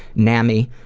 nami,